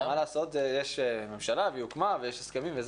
מה לעשות, יש ממשלה, והיא הוקמה, יש הסכמים.